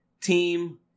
Team